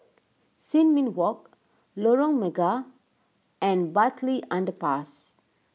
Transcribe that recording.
Sin Ming Walk Lorong Mega and Bartley Underpass